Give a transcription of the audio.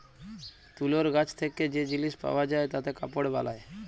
তুলর গাছ থেক্যে যে জিলিস পাওয়া যায় তাতে কাপড় বালায়